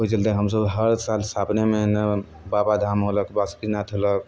ओहि चलते हमसभ हर साल सावनेमे न बाबाधाम होलक बासुकीनाथ होलक